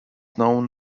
known